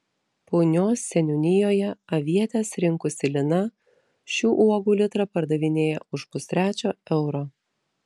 punios seniūnijoje avietes rinkusi lina šių uogų litrą pardavinėjo už pustrečio euro